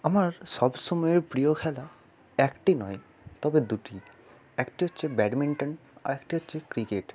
আমার সব সময়ের প্রিয় খেলা একটি নয় তবে দুটি একটি হচ্ছে ব্যাডমিন্টন আরেকটি হচ্ছে ক্রিকেট